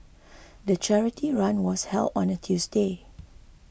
the charity run was held on a Tuesday